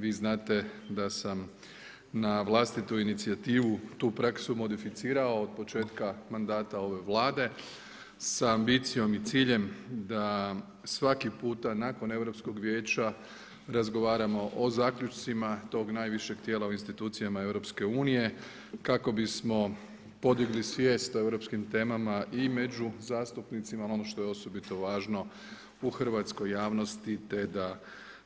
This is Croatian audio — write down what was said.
Vi znate da sam na vlastitu inicijativu tu praksu modificirao od početka mandata ove Vlade sa ambicijom i ciljem, da svaki puta nakon europskog vijeća razgovaramo o zaključcima tog najvišeg tijela u institucijama Europske unije, kako bismo podigli svijet o europskim temama i među zastupnicima, ono što je osobito važno u hrvatskoj važnosti, te da